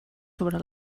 sobre